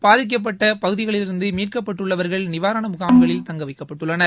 பாதிக்கப்பட்டப் பகுதிகளிலிருந்து மீட்கப்பட்டுள்ளவா்கள் முகாம்களில் நிவாரண தங்க வைக்கப்பட்டுள்ளனர்